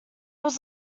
was